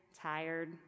tired